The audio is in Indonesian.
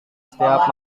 setiap